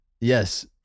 Yes